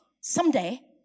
someday